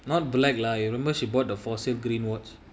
not black lah you remember she bought the fossil greenwood